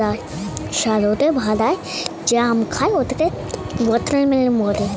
দোকানের পেটিএম এর দেওয়া কিউ.আর নষ্ট হয়ে গেছে কি করে নতুন করে পাবো?